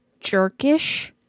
jerkish